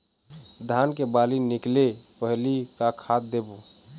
धान के बाली निकले पहली का खाद देबो?